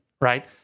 right